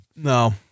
No